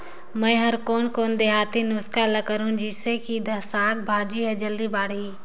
मै हर कोन कोन देहाती नुस्खा ल करहूं? जिसे कि साक भाजी जल्दी बाड़ही?